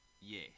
Yes